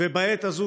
ובעת הזו,